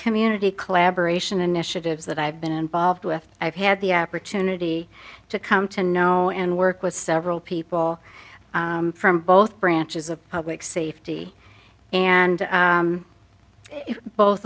community collaboration initiatives that i've been involved with i've had the opportunity to come to know and work with several people from both branches of public safety and both